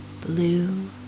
blue